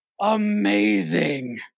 amazing